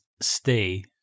stay